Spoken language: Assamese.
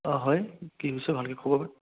অঁ হয় কি হৈছে ভালকে ক'ব